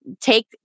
take